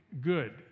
good